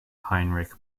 heinrich